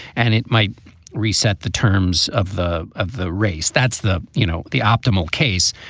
and it might reset the terms of the of the race. that's the, you know, the optimal case.